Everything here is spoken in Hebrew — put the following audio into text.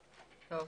לתאם.